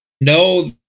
no